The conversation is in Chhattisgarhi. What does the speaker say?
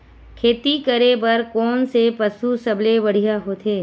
खेती करे बर कोन से पशु सबले बढ़िया होथे?